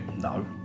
No